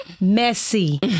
messy